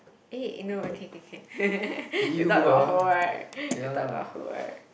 eh no ah can can can you thought got hole right you thought got hole right